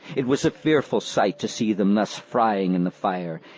it was a fearful sight to see them thus frying in the fryer,